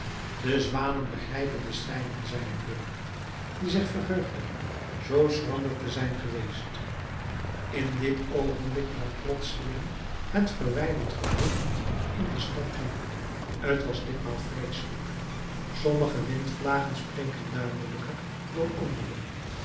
de zwanen begrijpen de seinen zei de burger die zich verheugde zoo schrander te zijn geweest in dit oogenblik nam plotseling het verwijderd gerucht in de stad toe t was ditmaal vreeselijk sommige windvlagen spreken duidelijker dan andere